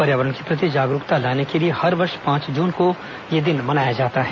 पर्यावरण के प्रति जागरूकता लाने के लिए हर वर्ष पांच जून को यह दिन मनाया जाता है